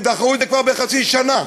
כי דחו את זה כבר בחצי שנה.